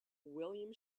william